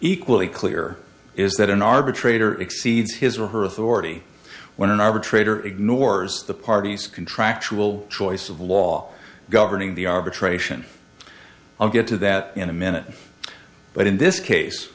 equally clear is that an arbitrator exceeds his or her authority when an arbitrator ignores the parties contractual choice of law governing the arbitration i'll get to that in a minute but in this case